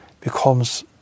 becomes